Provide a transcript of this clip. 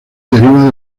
deriva